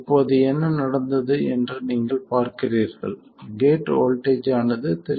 இப்போது என்ன நடந்தது என்று நீங்கள் பார்க்கிறீர்கள் கேட் வோல்ட்டேஜ் ஆனது 3